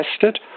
tested